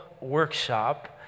workshop